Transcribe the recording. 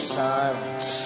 silence